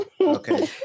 Okay